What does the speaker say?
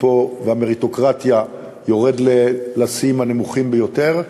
בו והמריטוקרטיה יורדות לשיאים הנמוכים ביותר.